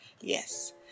yes